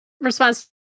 response